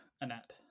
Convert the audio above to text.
Annette